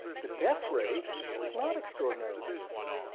the death rate is not extraordinarily different.